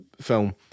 film